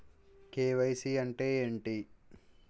KYC అంటే ఏంటి?